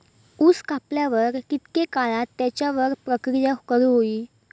ऊस कापल्यार कितके काळात त्याच्यार प्रक्रिया करू होई?